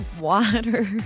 water